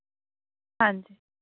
ਹਾਂਜੀ